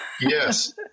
Yes